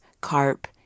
carp